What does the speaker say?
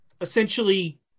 essentially